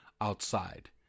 outside